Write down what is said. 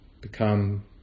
become